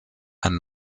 ein